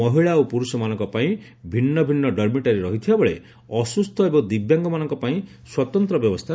ମହିଳା ଓ ପୁରୁଷମାନଙ୍କ ପାଇଁ ଭିନୁ ଭିନୁ ଡର୍ମିଟାରୀ ରହିଥିବାବେଳେ ଅସୁସ୍ଚ ଏବଂ ଦିବ୍ୟାଙ୍ଗମାନଙ୍କ ପାଇଁ ସ୍ୱତନ୍ତ୍ର ବ୍ୟବସ୍ତୁ